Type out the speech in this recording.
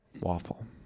Waffle